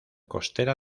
costera